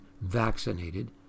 vaccinated